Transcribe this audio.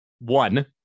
One